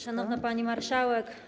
Szanowna Pani Marszałek!